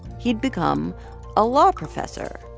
he'd become a law professor,